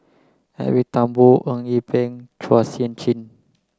Edwin Thumboo Eng Yee Peng Chua Sian Chin